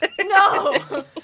no